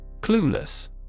Clueless